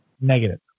negative